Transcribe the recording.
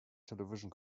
television